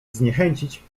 zniechęcić